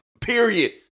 Period